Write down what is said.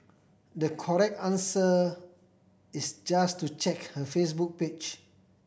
the correct answer is just to check her Facebook page